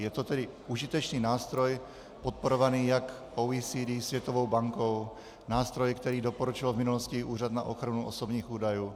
Je to tedy užitečný nástroj podporovaný jak OECD, Světovou bankou, nástroj, který doporučil v minulosti i Úřad na ochranu osobních údajů.